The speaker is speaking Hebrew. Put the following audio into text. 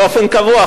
באופן קבוע,